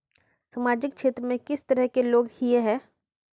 सामाजिक क्षेत्र में किस तरह के लोग हिये है?